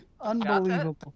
Unbelievable